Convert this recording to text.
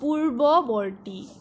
পূৰ্ৱবৰ্তী